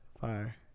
Fire